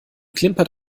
klimpert